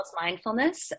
mindfulness